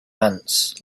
ants